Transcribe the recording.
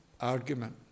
argument